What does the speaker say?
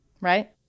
Right